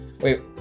Wait